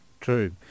True